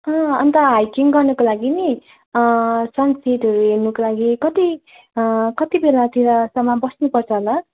अन्त हाङकिङ गर्नुको लागि नि सनसेटहरू हेर्नुको लागि कति कति बेलातिरसम्म बस्नुपर्छ होला